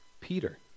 Peter